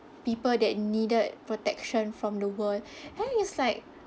people that needed protection from the world then is like